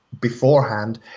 beforehand